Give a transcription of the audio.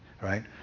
right